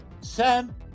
Sam